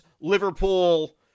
Liverpool